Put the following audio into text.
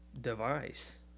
device